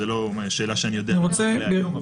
זאת לא שאלה שאני יודע לענות עליה היום.